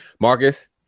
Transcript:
Marcus